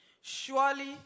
Surely